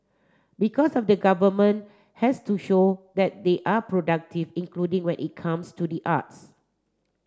because of the government has to show that they are productive including when it comes to the arts